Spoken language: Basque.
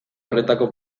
horretako